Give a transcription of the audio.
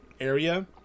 area